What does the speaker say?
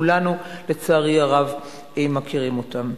כולנו לצערי הרב מכירים אותם.